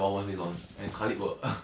I also don't know don't ask me